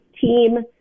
team